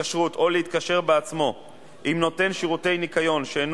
התקשרות בין נותן שירותי ניכיון לבין ספק שאינו